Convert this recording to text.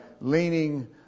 leaning